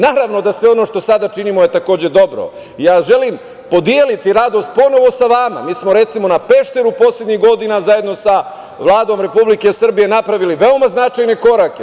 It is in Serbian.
Naravno da sve ono što činimo je takođe dobro i ja želim podeliti radost ponovo sa vama, jer mi smo recimo na Pešteru poslednjih godina, zajedno sa Vladom Republike Srbije, napravili veoma značajne korake.